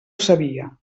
sabia